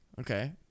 okay